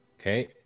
Okay